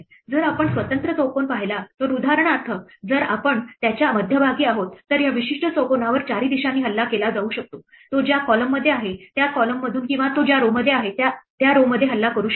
जर आपण स्वतंत्र चौकोन पाहिला तर उदाहरणार्थ जर आपण त्याच्या मध्यभागी आहोत तर या विशिष्ट चौकोनावर 4 दिशांनी हल्ला केला जाऊ शकतो तो ज्या column मध्ये आहे त्या column मधून किंवा तो ज्या row मध्ये आहे किंवा row मध्ये हल्ला करू शकतो